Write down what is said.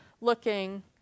looking